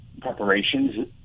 preparations